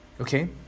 okay